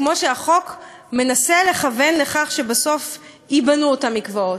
כמו שהחוק מנסה לכוון לכך שבסוף ייבנו אותם מקוואות.